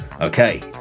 Okay